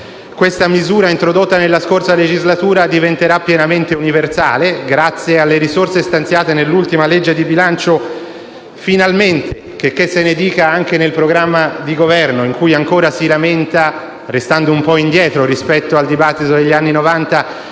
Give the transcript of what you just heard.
questa misura introdotta nella scorsa legislatura diventerà pienamente universale, grazie alle risorse stanziate nell’ultima legge di bilancio - finalmente, checché se ne dica - e anche nel programma di Governo, nonostante ancora si lamenti, restando un po’ indietro rispetto al dibattito degli anni Novanta,